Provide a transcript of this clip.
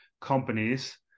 companies